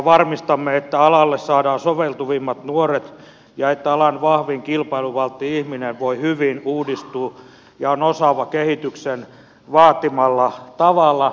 varmistamme että alalle saadaan soveltuvimmat nuoret ja että alan vahvin kilpailuvaltti ihminen voi hyvin uudistuu ja on osaava kehityksen vaatimalla tavalla